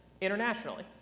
internationally